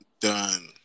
done